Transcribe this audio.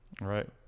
Right